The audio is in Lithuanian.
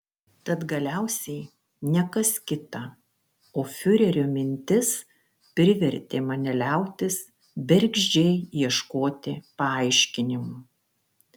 tad galiausiai ne kas kita o fiurerio mintis privertė mane liautis bergždžiai ieškoti paaiškinimų